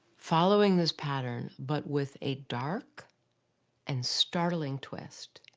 following this pattern, but with a dark and startling twist.